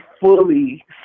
fully